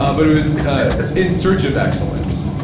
um but it was in search of excellence.